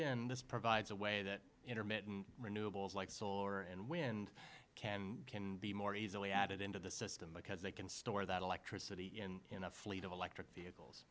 in this provides a way that intermittent renewables like solar and wind can can be more easily added into the system because they can store that electricity in in a fleet of electric vehicles